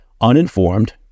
uninformed